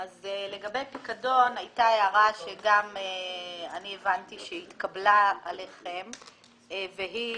לגבי פיקדון הייתה הערה שאני הבנתי שהיא התקבלה על-ידכם והיא